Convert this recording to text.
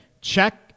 check